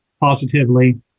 positively